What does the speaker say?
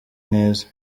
neza